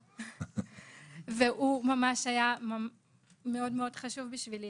הוא היה מאוד חשוב בשבילי.